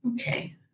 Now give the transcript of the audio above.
Okay